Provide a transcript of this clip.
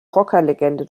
rockerlegende